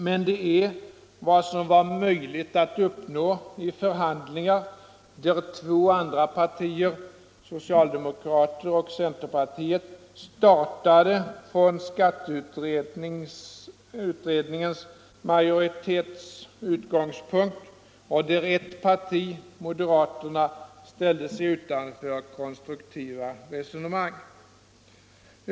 Men det är vad som var möjligt att uppnå vid förhandlingar där två andra partier, socialdemokraterna och centern, startade från skatteutredningsmajoritetens utgångspunkt och där ett parti, moderaterna, ställde sig utanför konstruktiva resonemang.